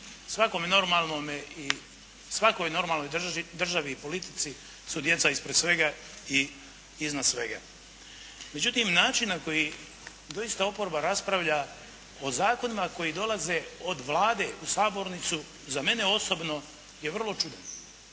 svakoj normalnoj državi i politici su djeca ispred svega i iznad svega. Međutim, način na koji doista oporba raspravlja o zakonima koji dolaze od Vlade u sabornicu, za mene osobno je vrlo čudan.